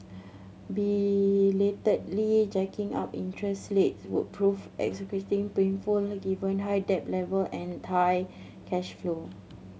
belatedly jacking up interest rates would prove excruciatingly painful given high debt level and tight cash flow